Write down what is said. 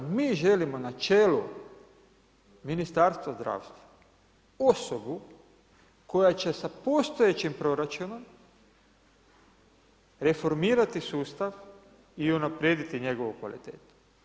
Mi želimo načelu Ministarstva zdravstva osobu koja će sa postojećim proračunom reformirati sustav i unaprijediti njegovu kvalitetu.